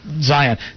Zion